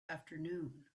afternoon